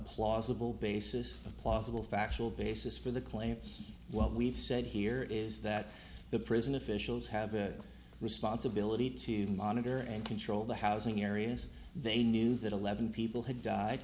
plausible basis a plausible factual basis for the claim what we've said here is that the prison officials have a responsibility to monitor and control the housing areas they knew that eleven people had died